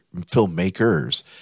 filmmakers